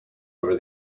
over